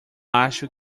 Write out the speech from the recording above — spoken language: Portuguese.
acho